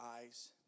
eyes